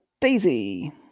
Daisy